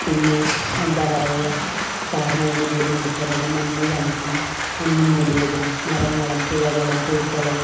പിന്നെ എന്താ പറയുക ഈ കാർമേഘം കൂടി നിൽക്കുന്നതും മഞ്ഞ് തണുപ്പും മഞ്ഞ് മൂടിയതും മരങ്ങളും പുഴകളും പൂക്കളും